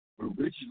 Originally